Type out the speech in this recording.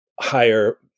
higher